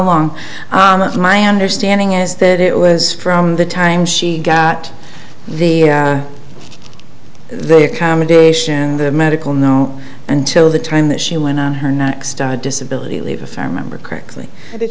long my understanding is that it was from the time she got the the accommodation and the medical no until the time that she went on her next disability leave a family member correctly did